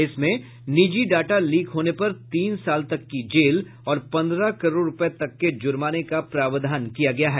इसमें निजी data leak होने पर तीन साल तक की जेल और पन्द्रह करोड़ रूपये तक के जुर्माने का प्रावधान किया गया है